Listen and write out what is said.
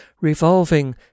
revolving